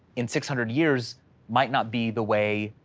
in six hundred years might not be the way.